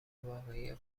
واقعی